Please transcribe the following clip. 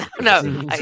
No